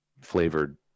flavored